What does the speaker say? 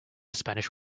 spanish